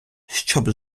щоб